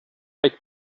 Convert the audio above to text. like